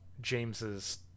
James's